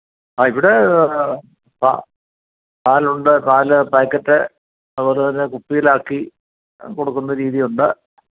ആ ഇവിടെ പ പാലുണ്ട് പാൽ പാക്കറ്റ് അതുപോലെ തന്നെ കുപ്പിയിലാക്കി കൊടുക്കുന്ന രീതിയുണ്ട്